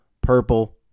purple